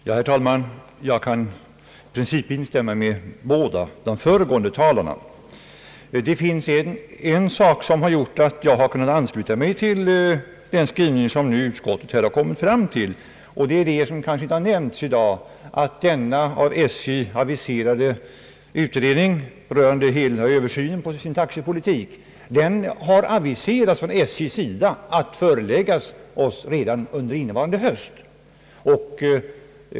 Herr talman! Jag kan i princip instämma med båda de föregående talarna. Men vad som gjort att jag kunnat ansluta mig till den skrivning utskottet kommit fram till och som kanske inte nämnts i dag är, att denna av SJ aviserade utredning rörande översynen av taxepolitiken enligt uppgift skall föreläggas oss redan innevarande höst.